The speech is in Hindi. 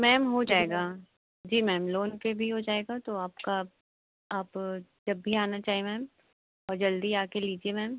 मैम हो जाएगा जी मैम लोन पर भी हो जाएगा तो आपका आप जब भी आना चाहे मैम और जल्दी आ कर लीजिए मैम